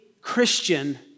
Christian